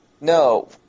No